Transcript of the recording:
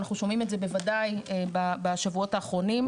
ואנחנו שומעים את זה בוודאי בשבועות האחרונים.